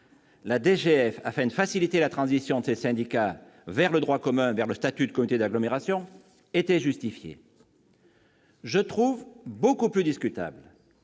la DGF, afin de faciliter la transition des syndicats d'agglomération nouvelle vers un statut de communauté d'agglomération, était justifiée. Je trouve beaucoup plus discutable